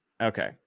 Okay